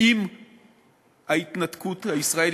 עם ההתנתקות הישראלית,